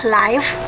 life